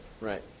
Right